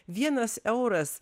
vienas euras